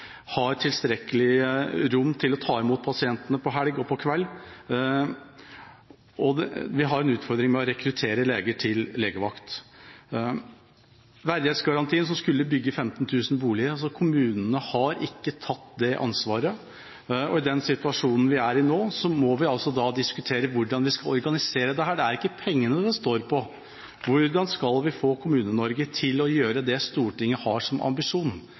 en utfordring med å rekruttere leger til legevakt. Når det gjelder verdighetsgarantien, der en skulle bygge 15 000 boliger, har ikke kommunene tatt det ansvaret, og i den situasjonen vi er i nå, må vi diskutere hvordan vi skal organisere dette. Det er ikke pengene det står på. Hvordan skal vi få Kommune-Norge til å gjøre det Stortinget har som ambisjon?